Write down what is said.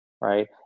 Right